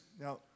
Now